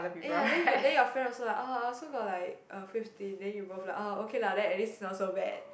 !aiya! then you then your friend also ah I also got like uh fifteen then you both like oh okay lah then at least it's not so bad